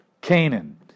Canaan